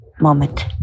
moment